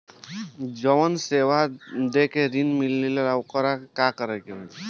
जवन सोना दे के ऋण मिलेला वोकरा ला का करी?